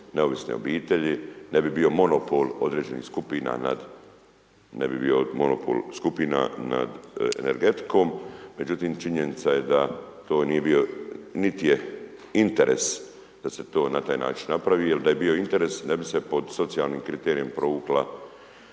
skupina nad, ne bi bio monopol skupina nad energetikom međutim činjenica je da to nije bio niti je interes da se to na taj način napravi jer da je bio interes, ne bi se pod socijalnim kriterijem provukla